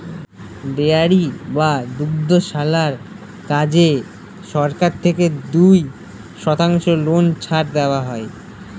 dairy বা দুগ্ধশালার কাজে সরকার থেকে দুই শতাংশ লোন ছাড় দেওয়া হয়